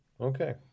Okay